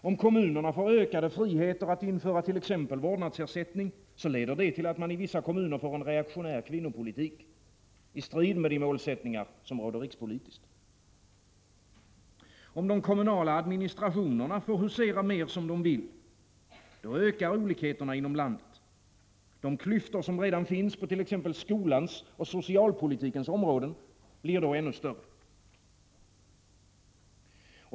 Om kommunerna får ökade friheter att införa t.ex. vårdnadsersättning leder det till att man i vissa kommuner får en reaktionär kvinnopolitik, i strid med de målsättningar som råder rikspolitiskt. Om de kommunala administrationerna får husera mer som de vill — då ökar olikheterna inom landet. De klyftor som redan finns på t.ex. skolans och socialpolitikens områden blir då ännu större.